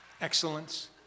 Excellence